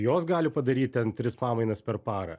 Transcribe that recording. jos gali padaryt ten tris pamainas per parą